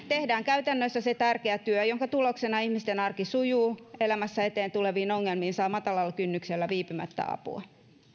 tehdään käytännössä se tärkeä työ jonka tuloksena ihmisten arki sujuu ja elämässä eteen tuleviin ongelmiin saa matalalla kynnyksellä viipymättä apua